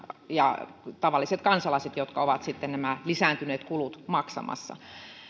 ja tavalliset kansalaiset ovat ne jotka ovat sitten nämä lisääntyneet kulut maksamassa